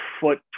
foot